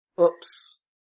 Oops